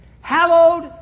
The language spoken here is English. hallowed